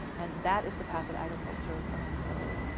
and that is the path of agriculture around the globe.